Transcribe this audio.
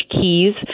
keys